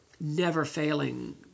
never-failing